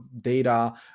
data